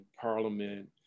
Parliament